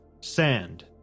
sand